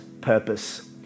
purpose